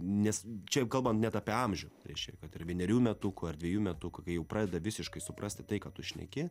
nes čia kalbam net apie amžių reiškia kad ir vienerių metukų ar dvejų metukų kai jau pradeda visiškai suprasti tai ką tu šneki